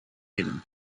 hidden